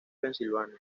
pensilvania